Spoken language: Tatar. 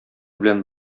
белән